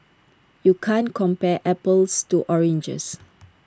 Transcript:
you can't compare apples to oranges